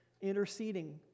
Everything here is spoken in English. interceding